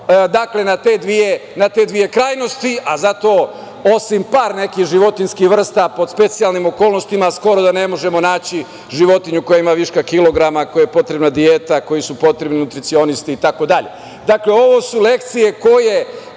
na te dve krajnosti, a zato osim par nekih životinjskih vrsta, pod specijalnim okolnostima, skoro da ne možemo naći životinju koja ima viška kilograma kojoj je potrebna dijeta i kojoj su potrebni nutricionisti itd. Dakle, ovo su lekcije koje